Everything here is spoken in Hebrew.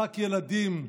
משחק ילדים,